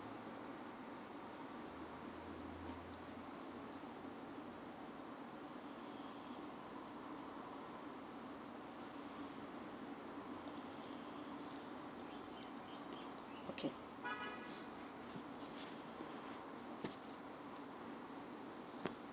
okay